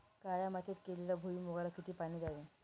काळ्या मातीत केलेल्या भुईमूगाला किती पाणी द्यावे?